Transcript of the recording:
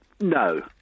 No